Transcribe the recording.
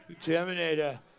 Terminator